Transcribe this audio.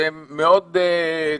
שהן מאוד קשות,